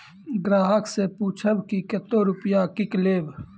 ग्राहक से पूछब की कतो रुपिया किकलेब?